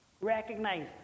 recognize